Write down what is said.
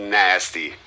nasty